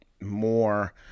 more